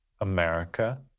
america